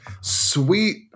sweet